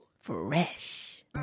Fresh